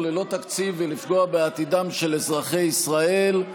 ללא תקציב ולפגוע בעתידם של אזרחי ישראל.